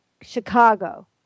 Chicago